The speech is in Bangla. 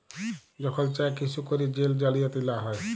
যখল চ্যাক ইস্যু ক্যইরে জেল জালিয়াতি লা হ্যয়